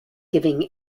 giving